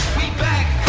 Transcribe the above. we back